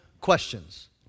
questions